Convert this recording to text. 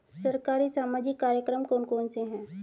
सरकारी सामाजिक कार्यक्रम कौन कौन से हैं?